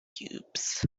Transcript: cubes